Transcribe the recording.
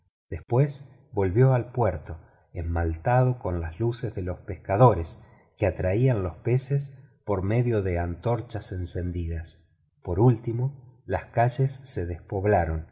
después volvió al puerto esmaltado con las luces de los pescadores que atraían los peces por medio de antorchas encendidas por último las calles se despoblaron